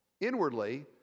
inwardly